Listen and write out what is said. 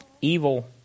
evil